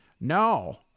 No